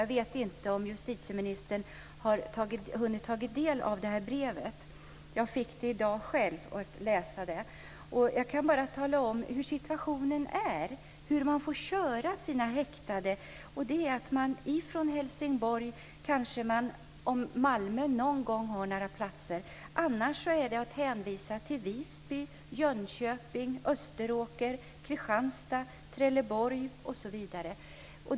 Jag vet inte om justitieminister har hunnit ta del av det här brevet. Jag fick det i dag för att läsa det. Jag kan tala om hur situationen är och hur man får köra sina häktade. Från Helsingborg kan man få köra dem till Malmö om de någon gång har några platser, annars hänvisas man till Visby, Jönköping, Österåker, Kristianstad, Trelleborg osv.